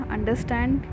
Understand